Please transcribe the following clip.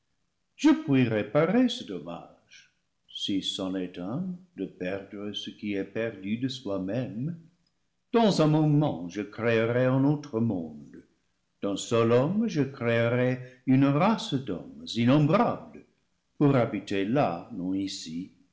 je puis réparer ce dommage si c'en est un de perdre ce qui est perdu de soi même dans un moment je créerai un autre monde d'un seul homme je créerai une race d'hommes innombrables pour habiter là non ici